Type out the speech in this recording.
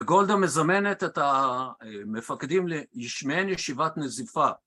גולדה מזמנת את המפקדים למעין ישיבת נזיפה